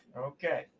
Okay